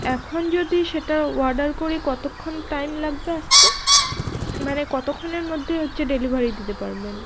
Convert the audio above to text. এখন যদি সেটা অর্ডার করি কতক্ষণ টাইম লাগবে আসতে মানে কতক্ষণের মধ্যে হচ্ছে ডেলিভারি দিতে পারবেন